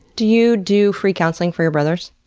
do you do free counseling for your brothers?